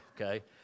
okay